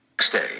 Stay